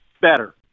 better